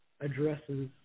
addresses